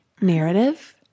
narrative